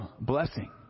blessing